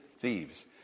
thieves